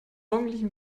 morgendlichen